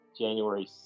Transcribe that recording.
january